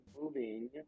moving